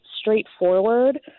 straightforward